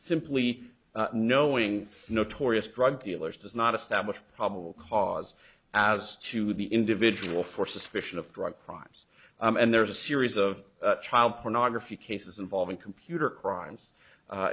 simply knowing notorious drug dealers does not establish probable cause as to the individual for suspicion of drug crimes and there's a series of child pornography cases involving computer crimes